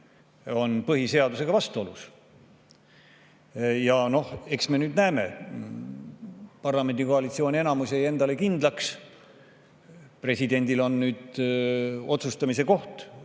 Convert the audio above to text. on põhiseadusega vastuolus. Eks me nüüd näeme. Parlamendikoalitsiooni enamus jäi endale kindlaks. Presidendil on nüüd otsustamise koht,